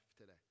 today